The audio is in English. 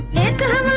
and